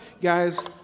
guys